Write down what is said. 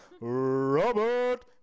Robert